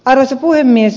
arvoisa puhemies